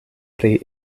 pri